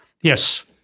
yes